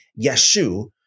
Yeshu